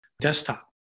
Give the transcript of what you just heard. desktop